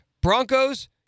Broncos